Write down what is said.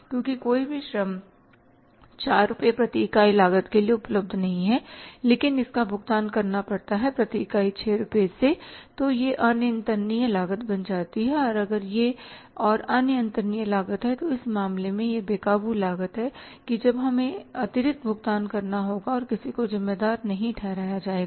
क्योंकि कोई भी श्रम 4 रुपये प्रति इकाई लागत के लिए उपलब्ध नहीं है लेकिन इसका भुगतान करना पड़ता है प्रति इकाई 6 रुपये से तो यह अनियंत्रणनिय लागत बन जाती है और अगर यह और अनियंत्रणनिय लागत है तो उस मामले में यह बे काबू लागत है कि जब हमें अतिरिक्त भुगतान करना होगा और किसी को जिम्मेदार नहीं ठहराया जाएगा